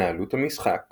התנהלות המשחק